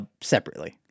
separately